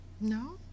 No